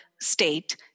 state